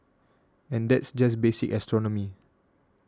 and that's just basic astronomy